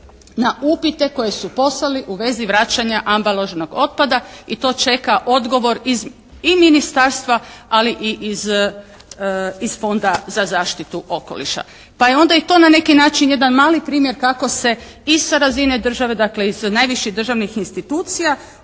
na upite koje su poslali u vezi vraćanja ambalažnog otpada i to čeka odgovor iz i ministarstva ali i iz Fonda za zaštitu okoliša, pa je onda i to na neki način jedan mali primjer kako se i sa razine države dakle i sa razine najviših državnih institucija